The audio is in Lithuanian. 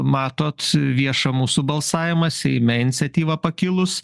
matot į viešą mūsų balsavimą seime iniciatyva pakilus